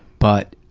but